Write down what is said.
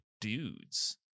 dudes